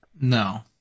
No